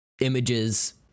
images